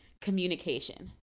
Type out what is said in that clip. communication